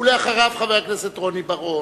אחריו, חבר הכנסת רוני בר-און,